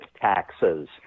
taxes